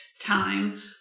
time